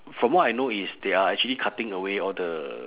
from what I know is they are actually cutting away all the